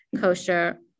kosher